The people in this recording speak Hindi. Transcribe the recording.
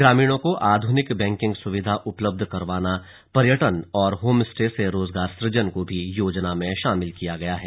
ग्रामीणों को आधुनिक बैंकिंग सुविधाएं उपलब्ध करवाना पर्यटन और होम स्टे से रोजगार सुजन भी योजना में शामिल किया गया है